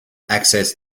access